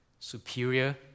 Superior